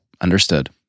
Understood